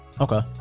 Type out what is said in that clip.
Okay